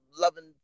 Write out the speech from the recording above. Loving